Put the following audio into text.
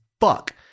fuck